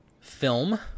film